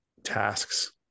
tasks